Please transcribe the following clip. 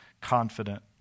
confident